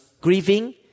grieving